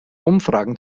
umfragen